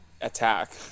attack